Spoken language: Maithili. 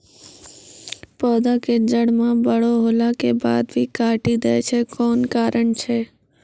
पौधा के जड़ म बड़ो होला के बाद भी काटी दै छै कोन कारण छै?